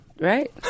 Right